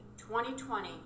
2020